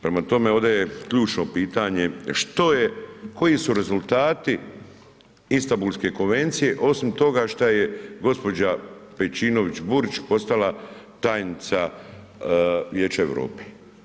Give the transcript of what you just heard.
Prema tome, ovdje je ključno pitanje što je, koji su rezultati Istambulske konvencije osim toga šta je gđa. Pejčinović Burić postala tajnica Vijeća Europe?